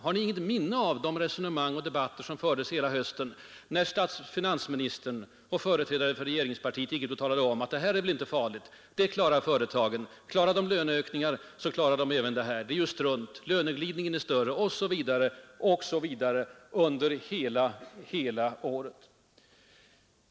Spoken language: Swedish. Har Ni inget minne av de resonemang och debatter som fördes under hela hösten, när finansministern och företrädare för regeringspartiet förklarade, att klarar företagen löneökningar så klarar de löneskatten — löneglidningen är större, osv.